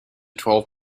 twelve